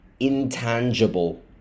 intangible